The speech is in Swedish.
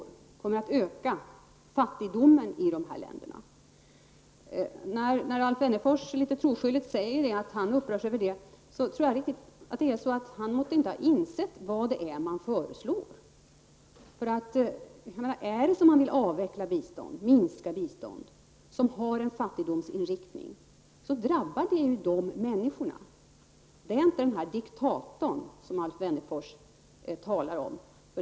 Det kommer att öka fattigdomen i de länderna. När Alf Wennerfors litet troskyldigt säger att han upprörs över det tror jag att det är så att han inte måtte ha insett vad det är moderaterna föreslår. Vill man avveckla eller minska ett bistånd som har en fattigdomsinriktning, drabbar det dessa människor. Det drabbar inte den här diktatorn som Alf Wennerfors talar om.